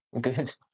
Good